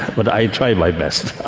but i try my best.